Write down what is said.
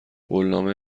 قولنامه